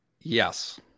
Yes